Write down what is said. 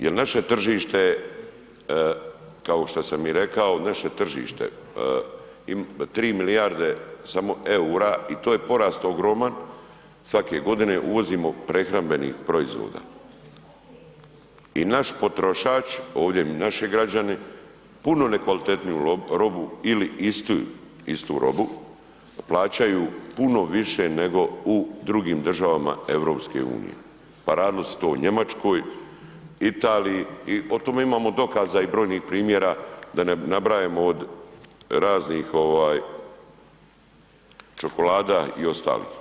Jer naše tržište, kao šta sam i rekao, naše tržište 3 milijarde samo EUR-a, i to je porast ogroman, svake godine uvozimo prehrambenih proizvoda i naš potrošač, ovdje naši građani puno nekvalitetniju robu ili istu, istu robu plaćaju puno više nego u drugim državama EU, pa radilo se to o Njemačkoj, Italiji i o tome imamo dokaza i brojnih primjera da ne nabrajamo od raznih ovaj čokolada i ostalih.